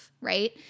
right